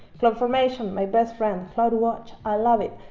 cloudformation my best friend. cloudwatch. i love it.